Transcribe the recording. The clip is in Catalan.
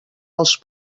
els